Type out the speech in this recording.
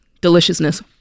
Deliciousness